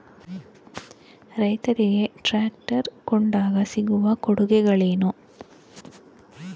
ರೈತರಿಗೆ ಟ್ರಾಕ್ಟರ್ ಕೊಂಡಾಗ ಸಿಗುವ ಕೊಡುಗೆಗಳೇನು?